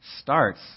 starts